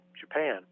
Japan